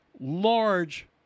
large